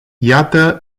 iată